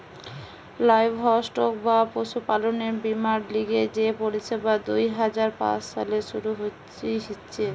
livestock বা পশুপালনের বীমার লিগে যে পরিষেবা দুই হাজার পাঁচ সালে শুরু হিছে